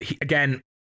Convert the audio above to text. again